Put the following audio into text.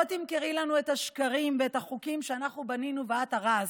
לא תמכרי לנו את השקרים ואת החוקים שאנחנו בנינו ואת הרסת.